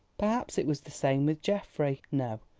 perhaps it was the same with geoffrey no,